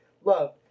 Love